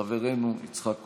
חברנו יצחק כהן.